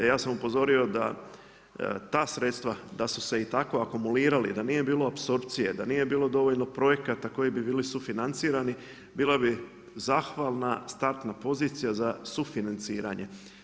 Ja sam upozorio da ta sredstva, da su se i tako akumulirali, da nije bilo apsorpcije, da nije bilo dovoljno projekata koji bi bili sufinancirani bila bi zahvalna startna pozicija za sufinanciranje.